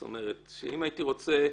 זאת אומרת שאם הייתי רוצה